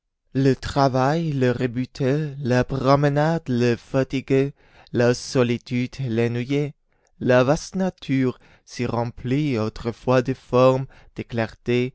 le travail le rebutait la promenade le fatiguait la solitude l'ennuyait la vaste nature si remplie autrefois de formes de clartés